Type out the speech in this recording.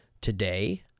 today